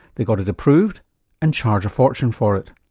they got it approved and charge a fortune for it.